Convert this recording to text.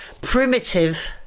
primitive